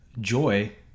joy